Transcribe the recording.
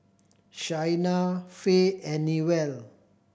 Shaina Fae and Newell